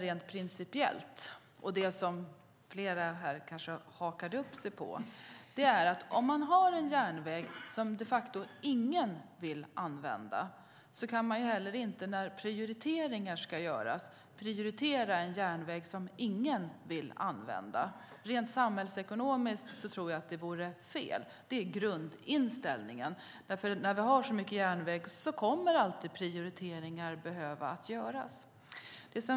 Rent principiellt menar jag, det som flera här hakade upp sig på, att om man har en järnväg som de facto ingen vill använda kan man inte när prioriteringar ska göras prioritera en järnväg som ingen vill använda. Rent samhällsekonomiskt tror jag att det vore fel. Det är grundinställningen. När vi har så mycket järnväg kommer prioriteringar alltid att behöva göras.